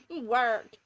Work